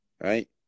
right